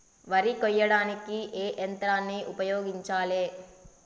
వరి కొయ్యడానికి ఏ యంత్రాన్ని ఉపయోగించాలే?